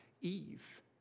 Eve